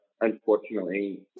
unfortunately